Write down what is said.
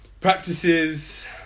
practices